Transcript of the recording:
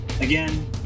Again